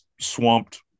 swamped